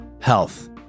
health